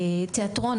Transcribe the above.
תיאטרון,